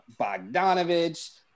Bogdanovich